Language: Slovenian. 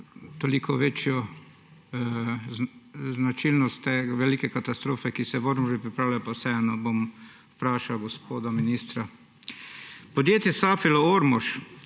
toliko večjo značilnost velike katastrofe, ki se v Ormožu pripravlja, vseeno bom vprašal gospoda ministra. Podjetje Safilo Ormož,